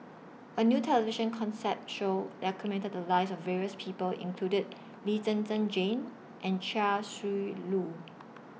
A New television Consent Show documented The Lives of various People included Lee Zhen Zhen Jane and Chia Shi Lu